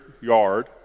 yard